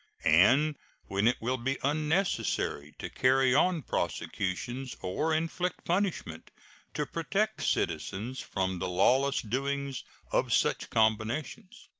and when it will be unnecessary to carry on prosecutions or inflict punishment to protect citizens from the lawless doings of such combinations.